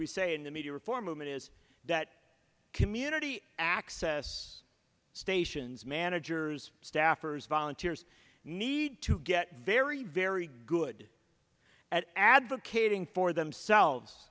we say in the media reform movement is that community access stations managers staffers volunteers need to get very very good at advocating for themselves